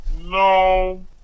No